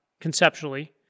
conceptually